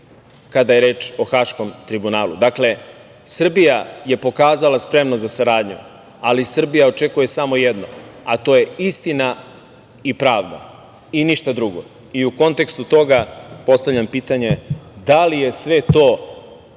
kada je reč o Haškom tribunalu? Dakle, Srbija je pokazala spremnost za saradnju, ali Srbija očekuje smo jedno, a to je istina i pravda i ništa drugo.U kontekstu toga, postavljam pitanje, da li je sve to,